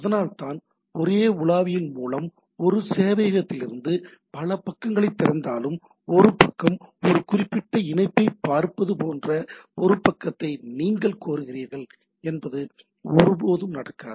அதனால்தான் ஒரே உலாவியின் மூலம் ஒரே சேவையகத்திலிருந்து பல பக்கங்களைத் திறந்தாலும் ஒரு பக்கம் ஒரு குறிப்பிட்ட இணைப்பைப் பார்ப்பது போன்ற ஒரு பக்கத்தை நீங்கள் கோருகிறீர்கள் என்பது ஒருபோதும் நடக்காது